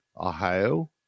Ohio